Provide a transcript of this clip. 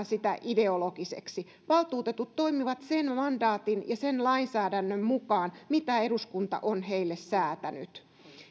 sitä ideologiseksi valtuutetut toimivat sen mandaatin ja sen lainsäädännön mukaan mitä eduskunta on heille säätäny